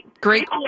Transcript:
Great